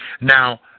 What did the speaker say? Now